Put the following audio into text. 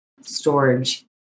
storage